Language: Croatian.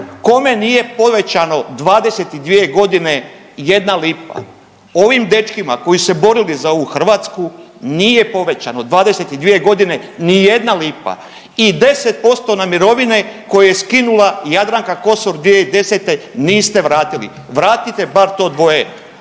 kome nije povećano 22.g. ijedna lipa, ovim dečkima koji su se borili za ovu Hrvatsku nije povećano 22.g. nijedna lipa i 10% na mirovine koje je skinula Jadranka Kosor 2010. niste vratili, vratite bar to dvoje